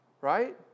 right